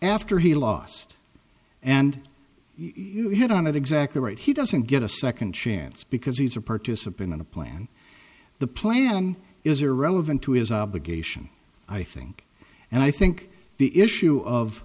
after he lost and you hit on it exactly right he doesn't get a second chance because he's a participant in a plan the plan is irrelevant to his obligation i think and i think the issue of